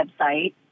website